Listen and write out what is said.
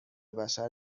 بشر